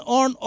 on